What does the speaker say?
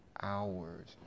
hours